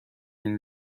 این